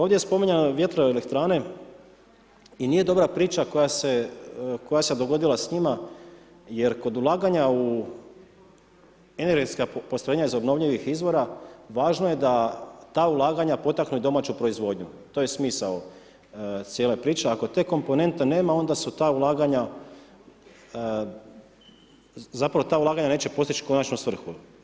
Ovdje je spominjano vjetroelektrane i nije dobra priča koja se, koja se dogodila s njima jer kod ulaganja u energetska postrojenja za obnovljivih izvora, važno je da ta ulaganja potaknu i domaću proizvodnju, to je smisao cijele priče, ako te komponente nema onda su ta ulaganja zapravo ta ulaganja neće postić konačnu svrhu.